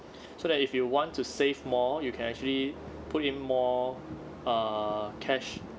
so that if you want to save more you can actually put in more err cash